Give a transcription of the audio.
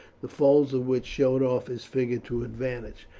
the folds of which showed off his figure to advantage.